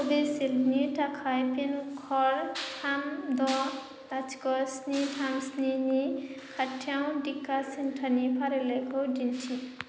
कभिसिल्डनि थाखाय pin code थाम द' लाथिख' स्नि थाम स्निनि खाथिआव थिका सेन्टारनि फारिलाइखौ दिन्थि